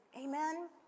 Amen